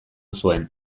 zuen